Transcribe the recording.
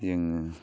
जोङो